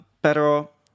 Pero